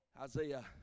Isaiah